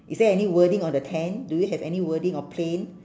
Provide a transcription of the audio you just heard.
is there any wording on the tent do you have any wording or plain